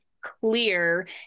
clear